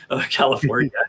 California